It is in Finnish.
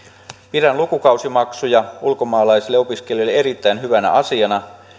pidän lukukausimaksuja ulkomaalaisille opiskelijoille erittäin hyvänä asiana